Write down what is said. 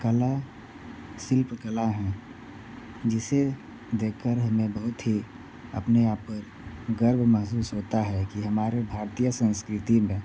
कला शिल्पकला हैं जिसे देखकर हमें बहुत ही अपने आप पर गर्व महसूस होता है कि हमारे भारतीय संस्कृति में